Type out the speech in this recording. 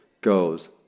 goes